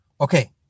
Okay